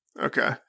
Okay